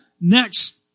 next